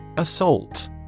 assault